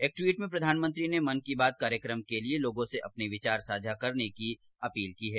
एक ट्वीट में प्रधानमंत्री ने मन की बात कार्यक्रम के लिए लोगों से अपने विचार साझा करने की अपील की है